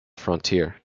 frontier